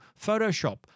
Photoshop